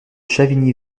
chavigny